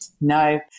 no